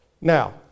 Now